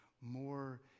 More